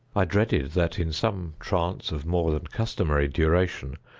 i dreaded that, in some trance of more than customary duration,